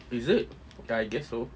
is it okay I guess so